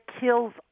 kills